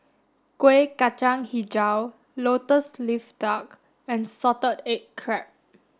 Kueh Kacang Hijau Lotus Leaf Duck and salted egg crab